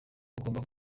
bagombaga